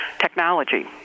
technology